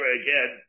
again